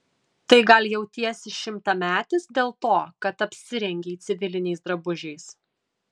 tai gal jautiesi šimtametis dėl to kad apsirengei civiliniais drabužiais